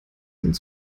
sind